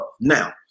Now